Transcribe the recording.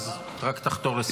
רק תחתור לסיום.